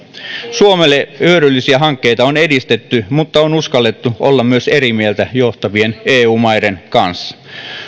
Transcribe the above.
suomelle hyödyllisiä hankkeita on edistetty mutta on uskallettu olla myös eri mieltä johtavien eu maiden kanssa